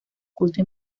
culto